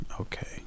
okay